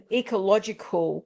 ecological